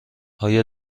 آیا